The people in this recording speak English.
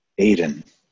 Aiden